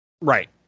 Right